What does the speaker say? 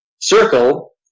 circle